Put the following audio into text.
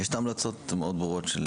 יש המלצות מאוד ברורות של מבקר